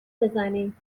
بزنیم